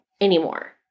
anymore